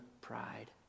pride